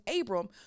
Abram